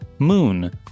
Moon